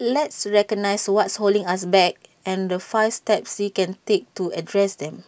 let's recognise what's holding us back and the five steps we can take to address them